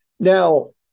Now